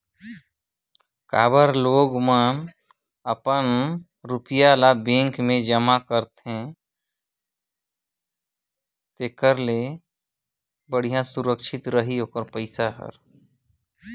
काबर की मइनसे हर अपन पइसा बेंक मे जमा करक राखे रथे